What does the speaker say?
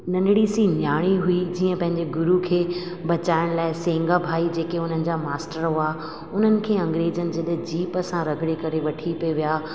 नंढड़ी सी न्याणी हुई जीअं पंहिंजे गुरू खे बचाइण लाइ सेंगा भाई जेके हुननि जा मास्टर हुआ उन्हनि खे अंग्रेज़नि जॾहिं जीप सां रगड़े करे वठी पई विया